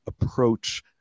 approach